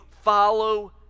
follow